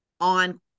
on